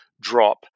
drop